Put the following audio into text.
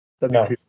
No